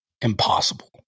impossible